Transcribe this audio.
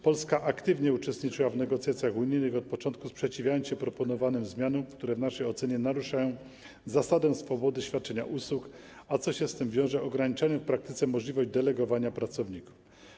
Polska aktywnie uczestniczyła w negocjacjach unijnych, od początku sprzeciwiając się proponowanym zmianom, które w naszej ocenie naruszają zasadę swobody świadczenia usług, a co się z tym wiąże - ograniczają w praktyce możliwość delegowania pracowników.